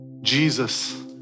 Jesus